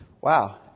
Wow